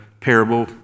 parable